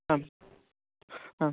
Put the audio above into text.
आं हा